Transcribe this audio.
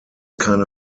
keine